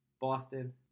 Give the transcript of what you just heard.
Boston